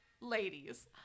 ladies